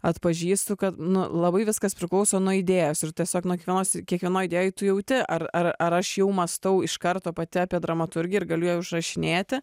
atpažįstu kad nu labai viskas priklauso nuo idėjos ir tiesiog nuo kiekvienos kiekvienoj idėjoj tu jauti ar ar ar aš jau mąstau iš karto pati apie dramaturgiją ir galiu užrašinėti